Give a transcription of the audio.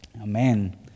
Amen